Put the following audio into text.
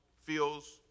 feels